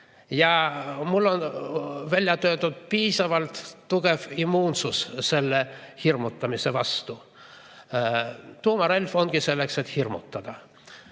Mul on välja töötatud piisavalt tugev immuunsus sellise hirmutamise vastu. Tuumarelv ongi selleks, et hirmutada.